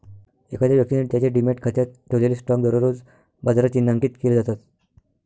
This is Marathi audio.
एखाद्या व्यक्तीने त्याच्या डिमॅट खात्यात ठेवलेले स्टॉक दररोज बाजारात चिन्हांकित केले जातात